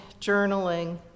journaling